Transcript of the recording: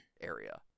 area